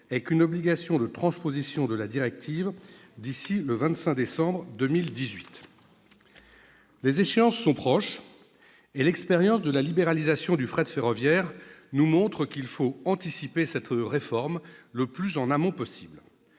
avec une obligation de transposition de la directive d'ici au 25 décembre 2018. Les échéances sont donc proches et l'expérience de la libéralisation du fret ferroviaire nous montre qu'il faut anticiper cette réforme le plus en amont possible.